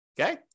okay